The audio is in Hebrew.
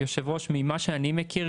יושב ראש ממה שאני מכיר,